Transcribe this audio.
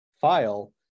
file